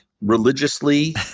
religiously